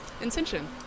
intention